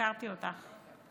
שהכרתי אותך,